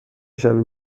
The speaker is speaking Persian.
شویم